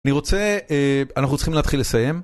אני רוצה, אנחנו צריכים להתחיל לסיים.